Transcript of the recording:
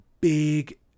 big